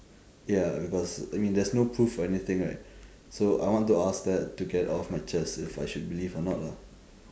ya because I mean there's no proof for anything right so I want to ask that to get off my chest if I should believe or not lah